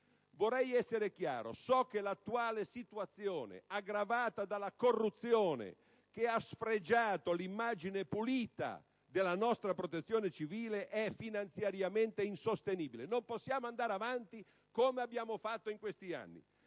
Vorrei essere chiaro. So che l'attuale situazione, aggravata dalla corruzione che ha sfregiato l'immagine pulita della nostra Protezione civile, è finanziariamente insostenibile: non possiamo andare avanti come abbiano fatto in questi anni.